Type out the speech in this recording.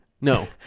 No